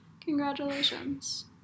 Congratulations